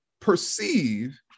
perceive